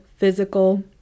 physical